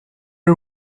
are